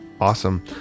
awesome